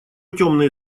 темные